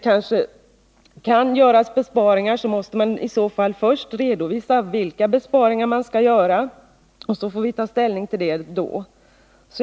Man måste först redovisa vilka besparingar som kan göras, och sedan får man ta ställning till det.